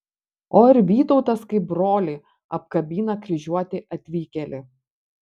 o ir vytautas kaip brolį apkabina kryžiuotį atvykėlį